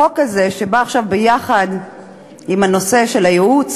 החוק הזה שבא עכשיו ביחד עם הנושא הזה,